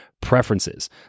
preferences